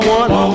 one